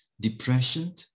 depression